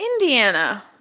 Indiana